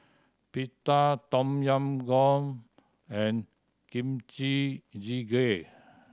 Pita Tom Yam Goong and Kimchi Jjigae